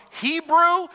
Hebrew